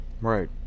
Right